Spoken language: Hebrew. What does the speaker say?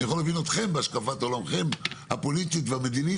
אני יכול להבין אתכם בהשקפת עולמכם הפוליטית והמדינית,